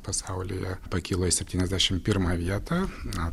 pasaulyje pakilo į septyniasdešim pirmą vietą na